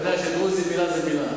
אני יודע שאצלו מלה זאת מלה.